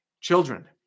children